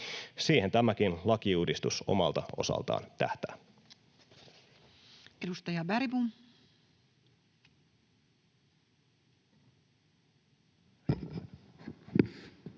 Siihen tämäkin lakiuudistus omalta osaltaan tähtää.